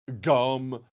Gum